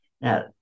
Now